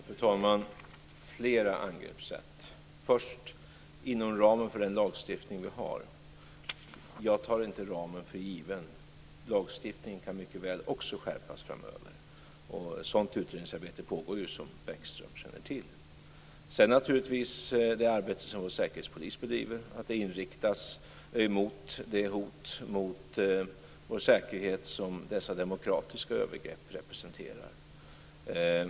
Fru talman! Det finns flera angreppssätt. Först gäller det inom ramen för den lagstiftning vi har. Jag tar inte ramen för given. Lagstiftningen kan mycket väl också skärpas framöver. Sådant utredningsarbete pågår, som Bäckström känner till. Sedan finns naturligtvis det arbete som vår säkerhetspolis bedriver. Det inriktas mot det hot mot vår säkerhet som dessa demokratiska övergrepp representerar.